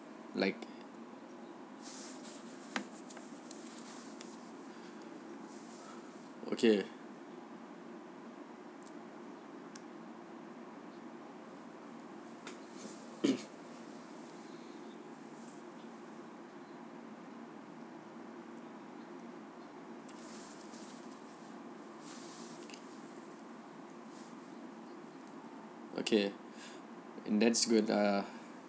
like okay okay that's good ah